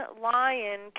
lion